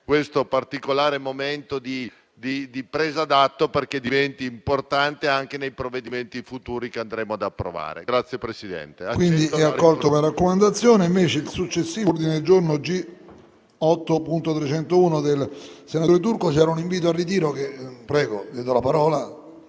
questo particolare momento di presa d'atto perché diventi importante anche nei provvedimenti futuri che andremo ad approvare.